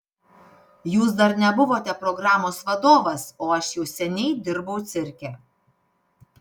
jūs dar nebuvote programos vadovas o aš jau seniai dirbau cirke